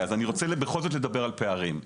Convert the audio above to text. אני רוצה בכל זאת לדבר על פערים.